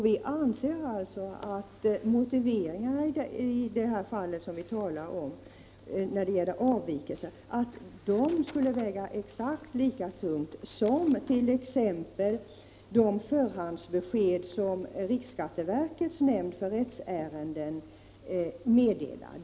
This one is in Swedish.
Vi anser alltså att motiveringarna i de fall som vi här talar om när det gäller avvikelser skulle väga exakt lika tungt som t.ex. de förhandsbesked som riksskatteverkets nämnd för rättsärenden lämnar.